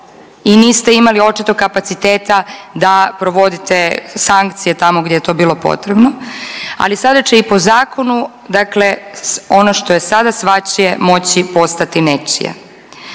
i niste imali očito kapaciteta da provodite sankcije tamo gdje je to bilo potrebno, ali sada će i po zakonu dakle ono što je sada svačije moći postati nečije.